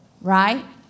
Right